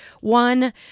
one